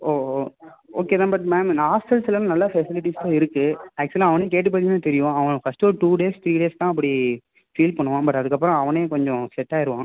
ஓ ஓ ஓகே தான் but ma'am நான் ஹாஸ்டெல்ஸ் எல்லாமே நல்ல ஃபெசிலிடிஸ்லாம் இருக்குது ஆக்சுவலாக அவனையே கேட்டு பார்த்தீங்கன்னா தெரியும் அவன் ஃபஸ்ட்டு ஒரு டூ டேஸ் த்ரீ டேஸ் தான் அப்படி ஃபீல் பண்ணுவான் பட் அதுக்கப்புறம் அவனே கொஞ்சம் செட் ஆகிருவான்